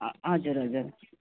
हजुर हजुर